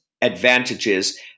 advantages